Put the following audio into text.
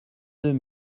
deux